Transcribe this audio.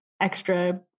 extra